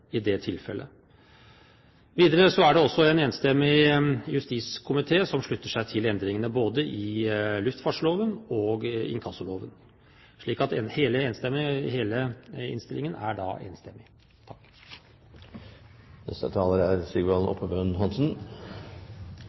i det tilfellet. Videre er det en enstemmig justiskomité som slutter seg til endringene både i luftfartsloven og i inkassoloven, så hele innstillingen er da enstemmig.